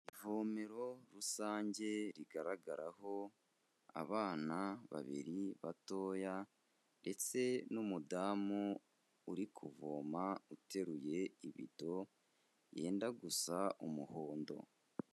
Ivomero rusange rigaragaraho abana babiri batoya ndetse n'umudamu uri kuvoma uteruye ibido yenda gusa umuhondo.